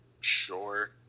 Sure